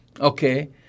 Okay